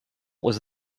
was